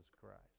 Christ